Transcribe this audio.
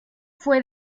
fue